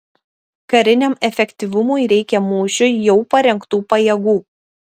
kariniam efektyvumui reikia mūšiui jau parengtų pajėgų